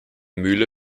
mühle